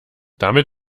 damit